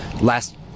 last